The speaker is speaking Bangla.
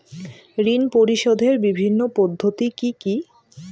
ঋণ পরিশোধের বিভিন্ন পদ্ধতি কি কি?